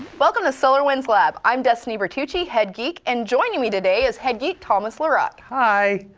welcome to solarwinds lab. i'm destiny bertucci, head geek. and joining me today is head geek, thomas larock. hi!